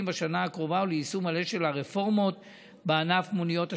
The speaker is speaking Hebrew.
בשנה הקרובה וליישום מלא של הרפורמות בענף מוניות השירות.